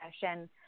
session